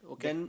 Okay